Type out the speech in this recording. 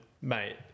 mate